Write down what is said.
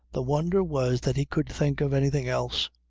the wonder was that he could think of anything else.